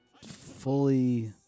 fully